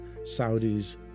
Saudis